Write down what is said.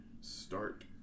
start